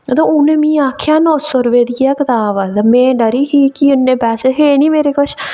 ते उसनै मिगी आखेआ कि नौ सौ रपेऽ दी ऐ कताब ते में डरी गेई की इन्ने पैसे थे निं हे मेरे कश